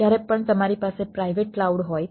જ્યારે પણ તમારી પાસે પ્રાઇવેટ કલાઉડ હોય